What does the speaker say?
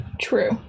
True